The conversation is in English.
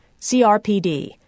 CRPD